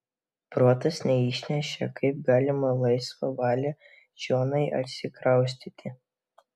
protas neišnešė kaip galima laisva valia čionai atsikraustyti